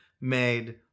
made